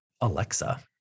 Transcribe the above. Alexa